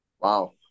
Wow